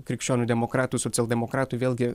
krikščionių demokratų socialdemokratų vėlgi